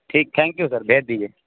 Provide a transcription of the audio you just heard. ٹھیک thank you sir بھیج دیجیے